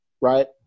right